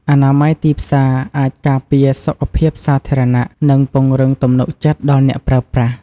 អនាម័យទីផ្សារអាចការពារសុខភាពសាធារណៈ និងពង្រឹងទំនុកចិត្តដល់អ្នកប្រើប្រាស់។